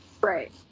Right